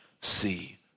see